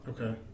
Okay